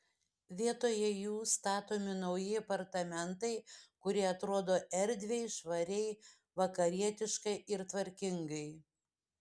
vietoje jų statomi nauji apartamentai kurie atrodo erdviai švariai vakarietiškai ir tvarkingai